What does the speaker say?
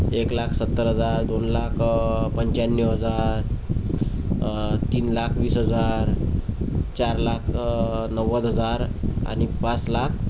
एक लाख सत्तर हजार दोन लाख पंच्याण्णव हजार तीन लाख वीस हजार चार लाख नव्वद हजार आणि पाच लाख